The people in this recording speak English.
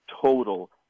total